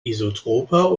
isotroper